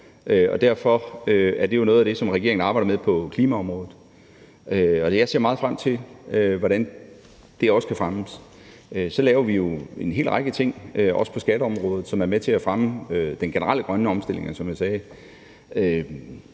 Derfor er det jo noget af det, som regeringen arbejder med på klimaområdet, og jeg ser meget frem til, hvordan også det kan fremmes. Så laver vi jo en hel række ting, også på skatteområdet, som er med til at fremme den grønne omstilling